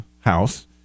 house